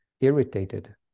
irritated